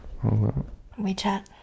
WeChat